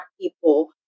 people